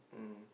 mm